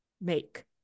make